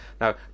Now